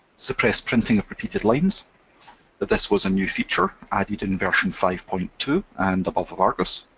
suppress printing of repeated lines this was a new feature added in version five point two and above of argos.